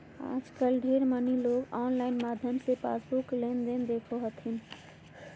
आजकल ढेर मनी लोग आनलाइन माध्यम से ही पासबुक लेनदेन देखो हथिन